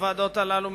הוועדות הללו,